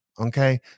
Okay